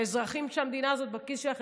והאזרחים של המדינה הזאת בכיס שלכם.